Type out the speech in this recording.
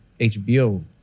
HBO